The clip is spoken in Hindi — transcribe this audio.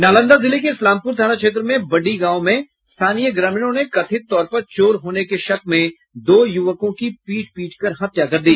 नालंदा जिले के इस्लामपुर थाना क्षेत्र में बड्डी गांव में स्थानीय ग्रामीणों ने कथित तौर पर चोर होने के शक में दो यूवकों की पीट पीटकर हत्या कर दी